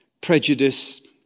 prejudice